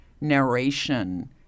narration